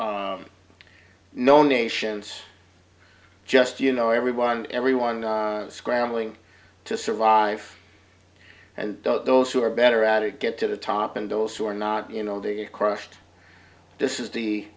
nations just you know everyone everyone scrambling to survive and those who are better at it get to the top and those who are not you know the crushed this is the